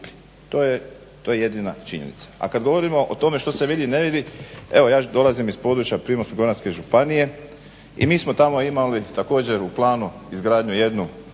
To je jedina činjenica. A kad govorimo o tome što se vidi, ne vidi, evo ja dolazim iz područja Primorsko- goranske županije i mi smo tamo imali također u planu izgradnju jednu